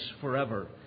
forever